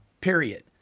period